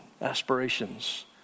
aspirations